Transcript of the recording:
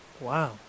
Wow